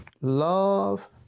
love